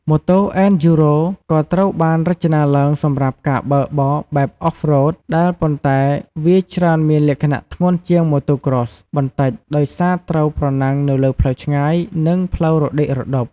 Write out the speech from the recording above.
ម៉ូតូ អេនឌ្យូរ៉ូ (Enduro) ក៏ត្រូវបានរចនាឡើងសម្រាប់ការបើកបរបែប Off-road ដែរ ប៉ុន្តែវាច្រើនមានលក្ខណៈធន់ជាង Motocross បន្តិច ដោយសារត្រូវប្រណាំងនៅលើផ្លូវឆ្ងាយ និងផ្លូវរដិករដុប។